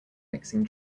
mixing